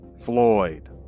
Floyd